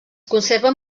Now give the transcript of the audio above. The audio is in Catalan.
conserven